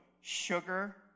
sugar